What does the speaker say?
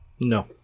No